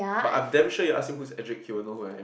but I'm damn sure you ask him who's Ederick he will know who I am